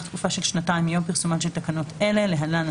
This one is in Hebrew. תקופה של שנתיים מיום פרסומן של תקנות אלה (להלן,